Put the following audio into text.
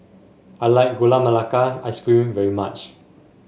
I like Gula Melaka Ice Cream very much